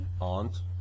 aunt